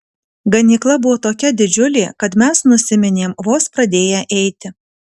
ganykla buvo tokia didžiulė kad mes nusiminėm vos pradėję eiti